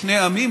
לשני עמים,